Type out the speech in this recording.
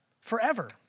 forever